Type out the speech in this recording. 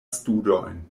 studojn